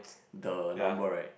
the number right